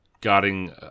guarding